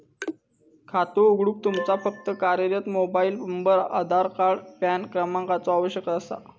खातो उघडूक तुमका फक्त कार्यरत मोबाइल नंबर, आधार आणि पॅन क्रमांकाचो आवश्यकता असा